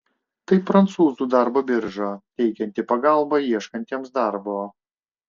tai prancūzų darbo birža teikianti pagalbą ieškantiems darbo